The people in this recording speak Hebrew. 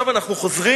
עכשיו, אנחנו חוזרים